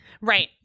Right